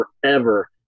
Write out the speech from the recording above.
forever